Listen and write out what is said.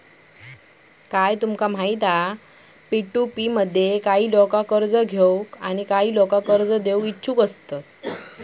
काय तुमका माहित हा पी.टू.पी मध्ये काही लोका कर्ज घेऊक आणि काही लोका कर्ज देऊक इच्छुक असतत